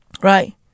right